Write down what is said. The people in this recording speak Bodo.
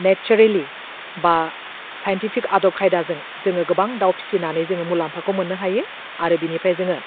नेचारेलि बा साइनटिफिक आदब खायदाजों जोङो गोबां दाउ फिसिनानै जोङो मुलाम्फाखौ मोननो हायो आरो बेनिफ्राय जोङो